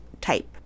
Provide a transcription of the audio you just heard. type